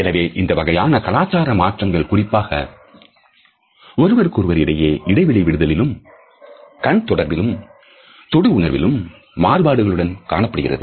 எனவே இந்த வகையான கலாச்சார மாற்றங்கள் குறிப்பாக ஒருவருக்கொருவர் இடையே இடைவெளி விடுவதிலும் கண் தொடர்பிலும் தொடு உணர்விலும் மாறுபாடுகளுடன் காணப்படுகிறது